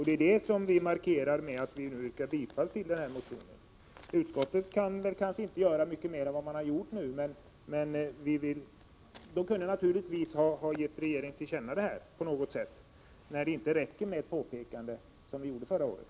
Det är detta som vi markerar genom att yrka bifall till motionen. Utskottet kunde kanske inte göra mycket mer än vad det nu har gjort, Nr 48 förutom: att tet naturligtvis kunde ha gett regeringen ett tillkännagivande när Tisdagen den det tydligen inte räcker med ett påpekande, som vi gjorde förra året.